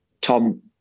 Tom